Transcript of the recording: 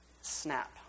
snap